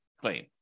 claim